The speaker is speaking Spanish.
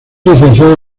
licenciado